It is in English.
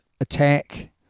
attack